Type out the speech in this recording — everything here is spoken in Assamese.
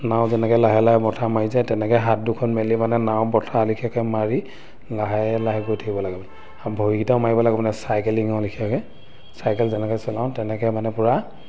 নাও যেনেকৈ লাহে লাহে বঠা মাৰি যায় তেনেকৈ হাত দুখন মেলি মানে নাও বঠা লিখিয়াকে মাৰি লাহে লাহে গৈ থাকিব লাগে মানে আৰু ভৰিকেইটাও মাৰিব লাগিব মানে চাইকেলিঙৰ লিখিয়াকে চাইকেল যেনেকৈ চলাওঁ তেনেকৈ মানে পূৰা